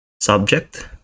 subject